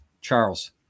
Charles